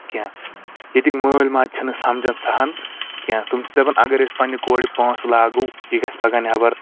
کیٚنٛہہ ییٚتِکۍ مألۍ ماجہِ چھنہٕ سمجان سٔہ ہان کیٚنٛہہ تِم چھ دپان اگر أسۍ پننہِ کورِ پونٛسہٕ لاگو یہِ گژھہِ پگاہ نیٚبر